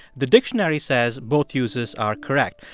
the dictionary says both uses are correct.